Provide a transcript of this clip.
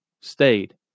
stayed